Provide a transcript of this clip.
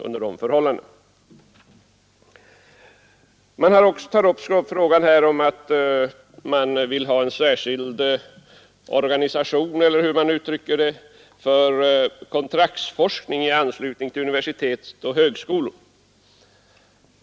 Motionärerna vill också ha en särskild organisation för kontraktsforskning i anslutning till universitet och högskolor.